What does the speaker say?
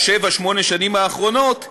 בשבע-שמונה השנים האחרונות,